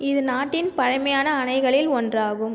இது நாட்டின் பழமையான அணைகளில் ஒன்றாகும்